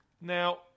Now